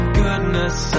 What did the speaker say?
goodness